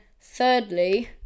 thirdly